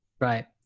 Right